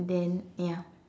then ya